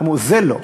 אמרו: זה, לא.